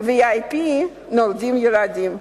VIP נולדים ילדים.